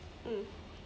mm